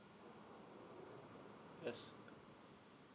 yes